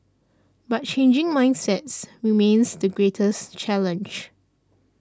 but changing mindsets remains the greatest challenge